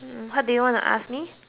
hmm how do you want to ask me